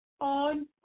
on